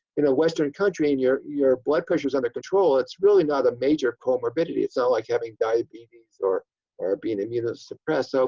in a western country and your your blood pressure's under control it's really not a major comorbidity it's not ah like having diabetes or or being immunosuppressed. so